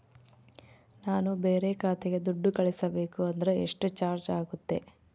ನಾನು ಬೇರೆ ಖಾತೆಗೆ ದುಡ್ಡು ಕಳಿಸಬೇಕು ಅಂದ್ರ ಎಷ್ಟು ಚಾರ್ಜ್ ಆಗುತ್ತೆ?